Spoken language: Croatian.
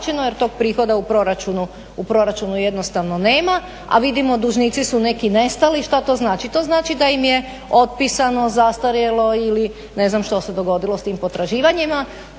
jer tog prihoda u proračunu jednostavno nema. A vidimo dužnici su neki nestali. Što to znači? To znači da im je otpisano, zastarjelo ili ne znam što se dogodilo s tim potraživanjima